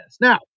now